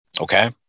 Okay